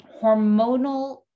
hormonal